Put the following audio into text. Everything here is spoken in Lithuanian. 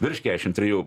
virš kiašim trijų